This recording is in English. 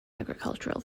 agricultural